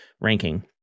ranking